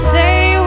day